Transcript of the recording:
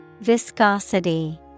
Viscosity